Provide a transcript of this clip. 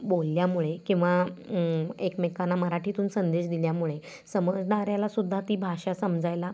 बोलल्यामुळे किंवा एकमेकांना मराठीतून संदेश दिल्यामुळे समजणाऱ्यालासुद्धा ती भाषा समजायला